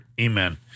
amen